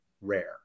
rare